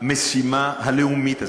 למשימה הלאומית הזאת,